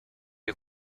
you